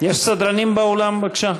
יש סדרנים באולם, בבקשה?